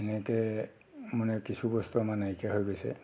এনেকৈ মানে কিছু বস্তু আমাৰ নাইকিয়া হৈ গৈছে